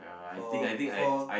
for for